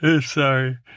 Sorry